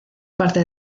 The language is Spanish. parte